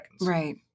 Right